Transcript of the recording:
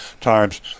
times